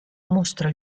mostra